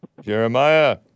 Jeremiah